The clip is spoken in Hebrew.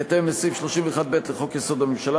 בהתאם לסעיף 31(ב) לחוק-יסוד: הממשלה,